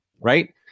Right